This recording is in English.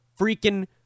freaking